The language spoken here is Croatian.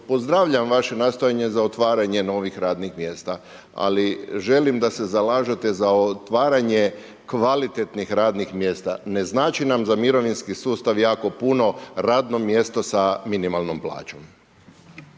pozdravljam vaše nastojanje za otvaranje novih radnih mjesta ali želim da se zalažete za otvaranje kvalitetnih radnih mjesta. Ne znači nam za mirovinski sustav jako puno radno mjesto sa minimalnom plaćom.